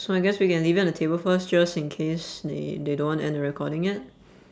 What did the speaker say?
so I guess we can leave it on the table first just in case they they don't wanna end the recording yet